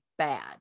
bad